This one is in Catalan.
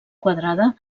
quadrada